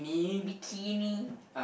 bikini